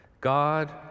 God